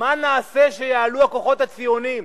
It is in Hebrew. מה נעשה כשיעלו הכוחות הציוניים.